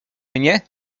mnie